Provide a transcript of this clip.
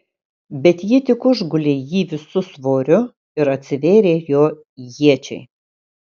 bet ji tik užgulė jį visu svoriu ir atsivėrė jo iečiai